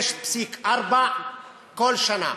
6.4 כל שנה,